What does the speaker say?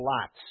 lots